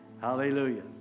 Hallelujah